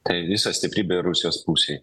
tai visa stiprybė rusijos pusėj